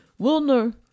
Wilner